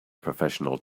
professional